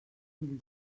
mil